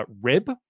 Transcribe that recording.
Rib